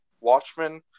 Watchmen